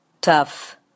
tough